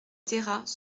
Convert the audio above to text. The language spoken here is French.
terrats